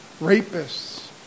rapists